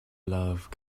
love